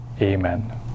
amen